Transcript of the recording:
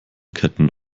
ketten